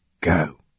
go